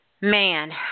Man